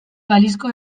balizko